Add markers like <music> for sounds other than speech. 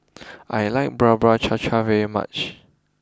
<noise> I like Bubur Cha Cha very much